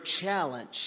challenge